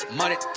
money